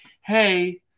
hey